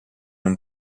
non